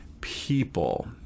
people